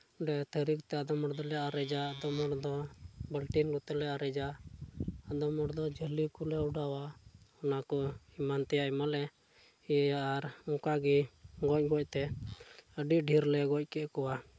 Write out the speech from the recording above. ᱚᱸᱰᱮ ᱛᱷᱟᱹᱨᱤ ᱠᱚᱛᱮ ᱟᱫᱚᱢ ᱦᱚᱲ ᱫᱚᱞᱮ ᱟᱨᱮᱡᱟ ᱟᱫᱚᱢ ᱦᱚᱲ ᱫᱚ ᱵᱟᱞᱛᱤ ᱠᱚᱛᱮ ᱞᱮ ᱟᱨᱮᱡᱟ ᱟᱫᱚᱢ ᱦᱚᱲ ᱫᱚ ᱡᱷᱟᱹᱞᱤ ᱠᱚᱞᱮ ᱚᱰᱟᱣᱟ ᱚᱱᱟ ᱠᱚ ᱮᱢᱟᱱ ᱛᱮᱭᱟᱜ ᱟᱭᱢᱟ ᱞᱮ ᱤᱭᱟᱹᱭᱟ ᱟᱨ ᱚᱱᱠᱟᱜᱮ ᱜᱚᱡ ᱜᱚᱡ ᱛᱮ ᱟᱹᱰᱤ ᱰᱷᱮᱨ ᱞᱮ ᱜᱚᱡ ᱠᱮᱫ ᱠᱚᱣᱟ